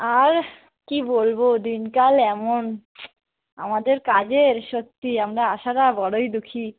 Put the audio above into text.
আর কী বলবো দিনকাল এমন আমাদের কাজের সত্যিই আমরা আশারা বড়োই দুখী